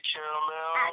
Caramel